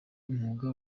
umwuga